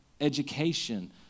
education